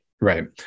Right